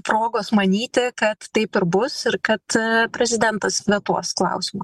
progos manyti kad taip ir bus ir kad prezidentas vetuos klausimą